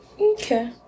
Okay